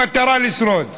במטרה לשרוד.